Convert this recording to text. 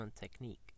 Technique